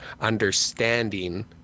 understanding